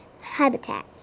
habitat